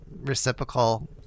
reciprocal